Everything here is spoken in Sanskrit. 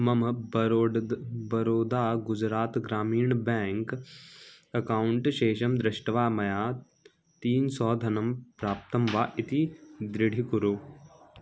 मम बरोड् बरोदा गुजरात् ग्रामीणः बेङ्क् अकौण्ट् शेषं दृष्ट्वा मया तीन् सौ धनं प्राप्तं वा इति दृढीकुरु